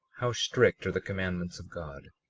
how strict are the commandments of god.